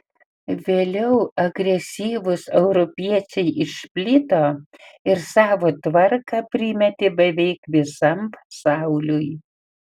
vėliau agresyvūs europiečiai išplito ir savo tvarką primetė beveik visam pasauliui